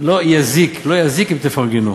לא יזיק, לא יזיק אם תפרגנו.